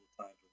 times